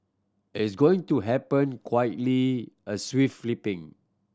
it's going to happen quietly a flipping